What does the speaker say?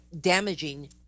damaging